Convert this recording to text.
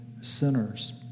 sinners